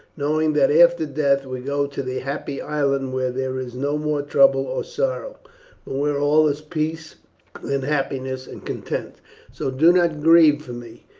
knowing that after death we go to the happy island where there is no more trouble or sorrow, but where all is peace and happiness and content so do not grieve for me.